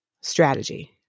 strategy